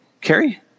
Carrie